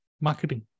marketing